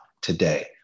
today